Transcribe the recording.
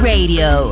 Radio